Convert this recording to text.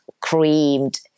creamed